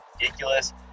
ridiculous